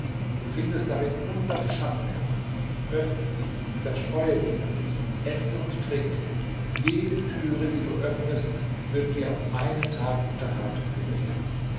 du findest darin hundert schatzkammern öffne sie zerstreue dich damit esse und trinke jede türe die du öffnest wird dir auf einen tag unterhaltung gewähren